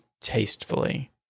tastefully